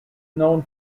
known